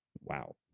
Wow